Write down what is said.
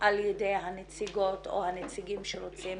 על ידי הנציגות או הנציגים שרוצים